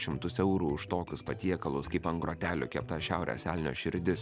šimtus eurų už tokius patiekalus kaip ant grotelių kepta šiaurės elnio širdis